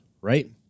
right